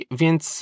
więc